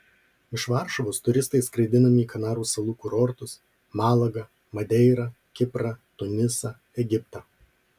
iš varšuvos turistai skraidinami į kanarų salų kurortus malagą madeirą kiprą tunisą egiptą